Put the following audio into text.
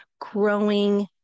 growing